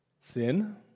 sin